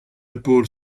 épaule